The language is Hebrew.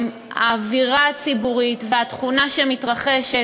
האווירה הציבורית והתכונה שמתרחשת,